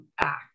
act